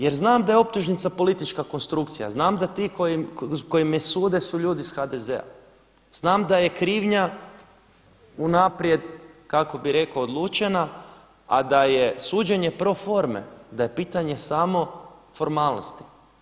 Jer znam da je optužnica politička konstrukcija, znam da ti koji me sude su ljudi iz HDZ-a, znam da je krivnja unaprijed kako bih rekao odlučena a da je suđenje proforme, da je pitanje samo formalnosti.